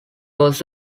was